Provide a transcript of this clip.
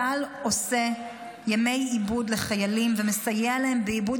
צה"ל עושה ימי עיבוד לחיילים ומסייע להם בעיבוד